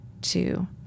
two